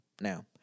Now